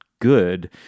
good